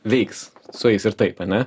veiks sueis ir taip ane